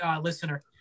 listener